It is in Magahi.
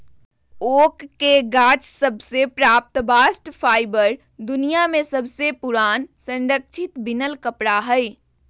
ओक के गाछ सभ से प्राप्त बास्ट फाइबर दुनिया में सबसे पुरान संरक्षित बिनल कपड़ा हइ